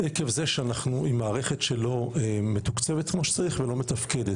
עקב זה שאנחנו עם מערכת שלא מתוקצבת כמו שצריך ולא מתפקדת,